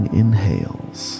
inhales